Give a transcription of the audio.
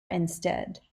instead